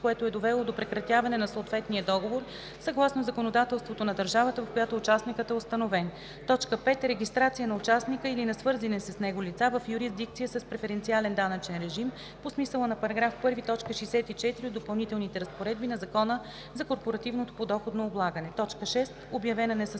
което е довело до прекратяване на съответния договор съгласно законодателството на държавата, в която участникът е установен; 5. регистрация на участника или на свързани с него лица в юрисдикция с преференциален данъчен режим по смисъла на § 1, т. 64 от допълнителните разпоредби на Закона за корпоративното подоходно облагане; 6. обявена несъстоятелност